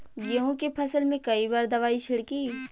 गेहूँ के फसल मे कई बार दवाई छिड़की?